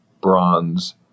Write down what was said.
bronze